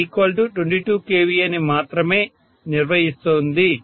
2kVA100A22kVA ని మాత్రమే నిర్వహిస్తుంది